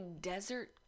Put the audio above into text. desert